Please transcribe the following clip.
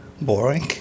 boring